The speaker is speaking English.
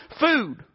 food